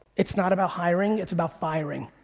it's not about hiring, it's about firing.